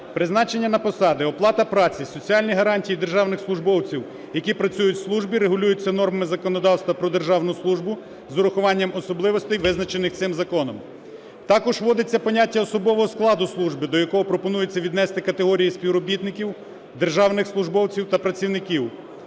призначення на посади, оплата праці, соціальні гарантії державних службовців, які працюють в службі, регулюються нормами законодавства про державну службу з урахуванням особливостей, визначених цим законом. Також вводиться поняття "особового складу служби", до якого пропонується віднести категорії співробітників, державних службовців та працівників.